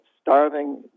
starving